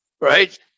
Right